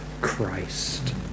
Christ